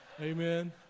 Amen